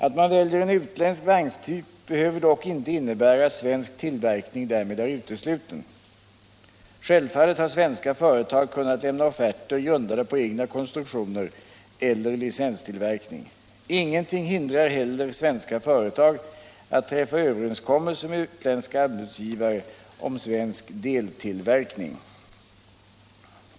Att man väljer en utländsk vagnstyp behöver dock inte innebära att svensk tillverkning därmed är utesluten. Självfallet har svenska företag kunnat lämna offerter, grundade på egna konstruktioner eller licenstillverkning. Ingenting hindrar heller svenska företag att träffa överenskommelser med utländska anbudsgivare om svensk deltillverkning.